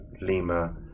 Lima